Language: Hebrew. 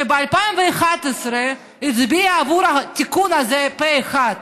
שב-2011 הצביעה עבור התיקון הזה פה אחד,